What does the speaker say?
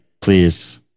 Please